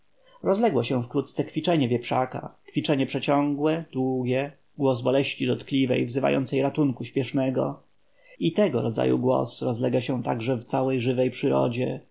rozległo się wkrótce kwiczenie wieprzaka kwiczenie przeciągłe długie głos boleści dotkliwej wzywającej ratunku spiesznego i tego rodzaju głos rozlega się także w całej żywej przyrodzie